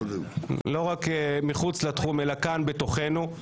לא רק מחוץ לתחום אלא כאן בתוכנו.